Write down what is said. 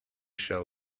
shall